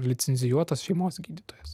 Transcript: licencijuotas šeimos gydytojas